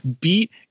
beat